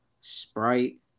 Sprite